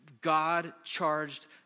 God-charged